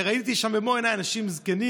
אני ראיתי שם במו עיניי אנשים זקנים